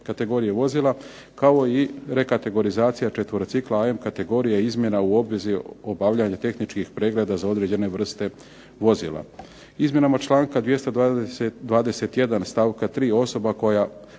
kategorije vozila, kao i rekategorizacija četverocikla …/Govornik se ne razumije./… izmjena u obvezi obavljanja tehničkih pregleda za određene vrste vozila. Izmjenama članka 221. stavka 3., osoba koja